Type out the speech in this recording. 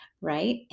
right